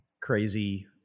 crazy